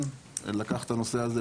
ואם רוצים דיון מסודר לנושא הזה,